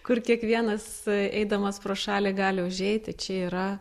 kur kiekvienas eidamas pro šalį gali užeiti čia yra